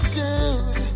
good